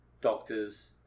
doctors